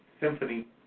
Symphony